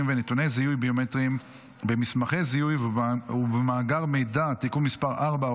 ונתוני זיהוי ביומטריים במסמכי זיהוי ובמאגר מידע (תיקון מס' 4,